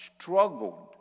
struggled